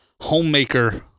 homemaker